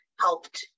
helped